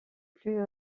plus